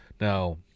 Now